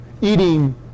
eating